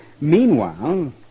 Meanwhile